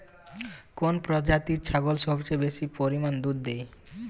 কোন প্রজাতির ছাগল সবচেয়ে বেশি পরিমাণ দুধ দেয়?